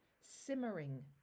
simmering